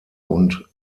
und